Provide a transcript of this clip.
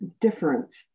different